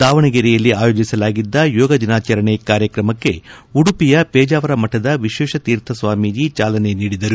ದಾವಣಗೆರೆಯಲ್ಲಿ ಆಯೋಜಿಸಲಾಗಿದ್ದ ಯೋಗ ದಿನಾಚರಣೆ ಕಾರ್ಯತ್ರಮಕ್ಕೆ ಉಡುಪಿಯ ಪೇಜಾವರ ಮಠದ ವಿಶ್ವೇಶ ತೀರ್ಥ ಸ್ವಾಮಿ ಚಾಲನೆ ನೀಡಿದರು